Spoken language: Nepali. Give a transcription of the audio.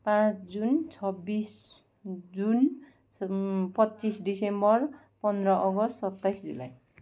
पाँच जुन छब्बिस जुन पच्चिस दिसम्बर पन्ध्र अगस्त सत्ताइस जुलाई